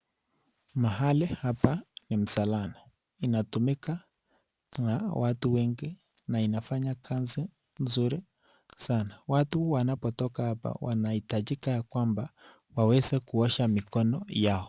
Mahali hapa ni msalani, inatumika na watu wengi na inafanya kazi mzuri sana. Watu wanapotoka hapa wanahitajika ya kwamba waweze kuosha mikono yao.